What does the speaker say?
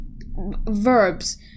verbs